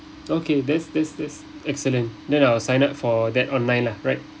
okay that's that's that's excellent then I'll sign up for that online lah right